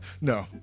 no